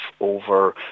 over